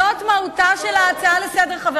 זאת מהותה של ההצעה לסדר-היום,